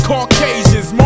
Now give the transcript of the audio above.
Caucasians